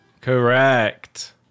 Correct